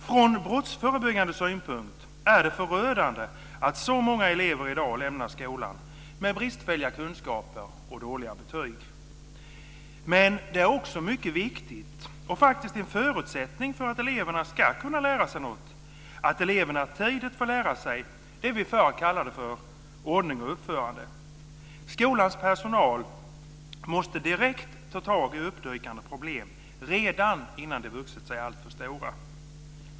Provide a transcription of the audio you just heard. Från brottsförebyggande synpunkt är det förödande att så många elever i dag lämnar skolan med bristfälliga kunskaper och dåliga betyg. Men det är också mycket viktigt, och faktiskt en förutsättning för att kunna lära sig något, att eleverna tidigt får lära sig det vi förr kallade för ordning och uppförande. Skolans personal måste direkt ta tag i uppdykande problem, redan innan de vuxit sig alltför stora.